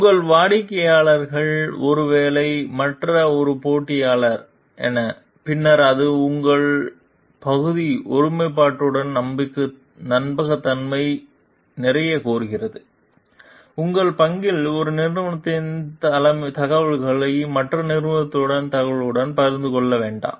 உங்கள் வாடிக்கையாளர்கள் ஒருவேளை மற்ற ஒரு போட்டியாளர் எனபின்னர் அது உங்கள் பகுதி ஒருமைப்பாடு மீது நம்பகத்தன்மை நிறைய கோருகிறது உங்கள் பங்கில் ஒரு நிறுவனத்தின் தகவல்களை மற்ற நிறுவனத்துடன் தகவலுடன் பகிர்ந்து கொள்ள வேண்டாம்